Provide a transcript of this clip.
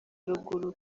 ruguru